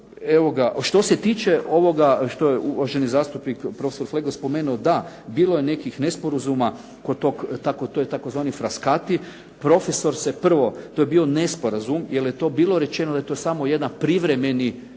što se tiče ovoga što je uvaženi zastupnik profesor Flego spomenuo, da, bilo je nekih nesporazuma kod tog, to je tzv. "Fraskati", profesor se prvo, to je bio nesporazum jer je to bilo rečeno da je to samo jedna privremena